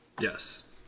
yes